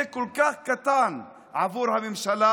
זה כל כך קטן בעבור הממשלה,